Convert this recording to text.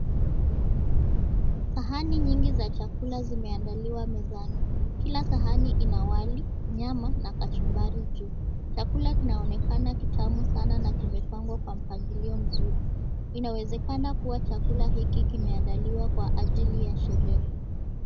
Sahani nyingi za chakula zimeandaliwa mezani. Kila sahani ina wali, nyama na kachumbari juu. Chakula kinaonekana kitamu sana na kimepangwa kwa mpangilio mzuri, inawezekana kuwa chakula hiki kimeandaliwa kwa ajili ya sherehe.